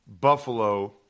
Buffalo